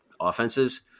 offenses